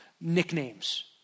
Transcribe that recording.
nicknames